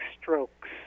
strokes